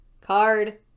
Card